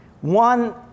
One